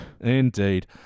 Indeed